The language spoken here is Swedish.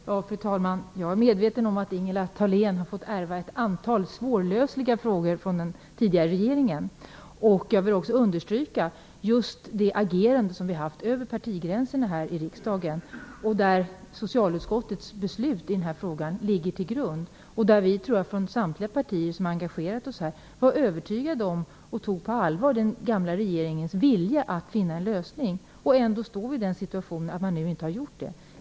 Fru talman! Jag är medveten om att Ingela Thalén fått ärva ett antal svårlösta frågor från den tidigare regeringen. Jag vill också understryka att det funnits ett agerande över partigränserna här i riksdagen där socialutskottets beslut i frågan ligger till grund. Jag tror att samtliga partier som engagerade sig var övertygade om och tog på allvar den gamla regeringens vilja att finna en lösning. Ändå står vi i den situationen att man inte har funnit någon lösning.